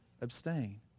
abstain